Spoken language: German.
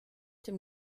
dem